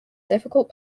difficult